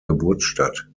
geburtsstadt